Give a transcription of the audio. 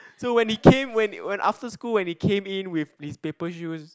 so when he came when when after school when he came in with his paper shoes